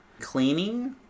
cleaning